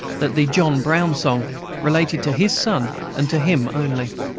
that the john brown song related to his son, and to him only.